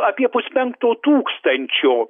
apie puspenkto tūkstančio